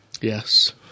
Yes